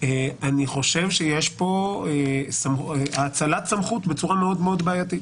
אני חושב שיש פה האצלת סמכות בצורה מאוד בעייתית.